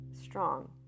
strong